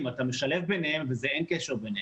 ואתה משלב ביניהם ואין קשר ביניהם.